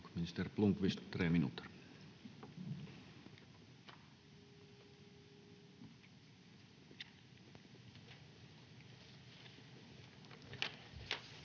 Kiitos.